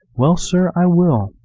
well, sir, i will.